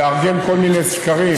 מתנדבים לארגן כל מיני סקרים,